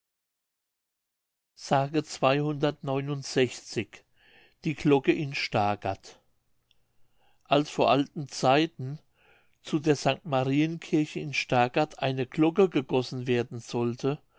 die glocke in stargard als vor alten zeiten zu der st marienkirche in stargard eine glocke gegossen werden sollte